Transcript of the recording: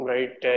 Right